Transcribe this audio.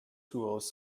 tools